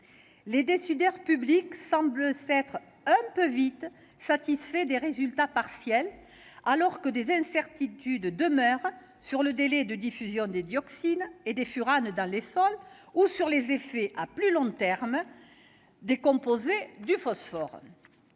Les décideurs publics semblent s'être un peu vite satisfaits de résultats partiels, alors que des incertitudes demeurent sur le délai de diffusion des dioxines et des furanes dans les sols ou sur les conséquences à plus long terme de certains composés du phosphore.